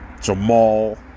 Jamal